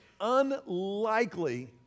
unlikely